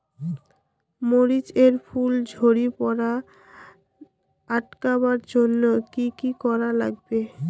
মরিচ এর ফুল ঝড়ি পড়া আটকাবার জইন্যে কি কি করা লাগবে?